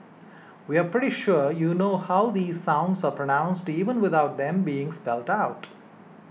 we are pretty sure you know how these sounds are pronounced even without them being spelled out